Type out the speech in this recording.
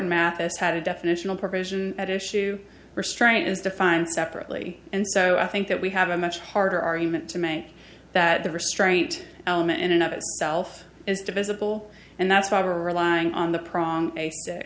mathis had a definitional provision at issue restraint is defined separately and so i think that we have a much harder argument to make that the restraint element in and of itself is divisible and that's why we're relying on the problem a